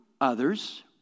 others